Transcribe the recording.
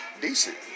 decent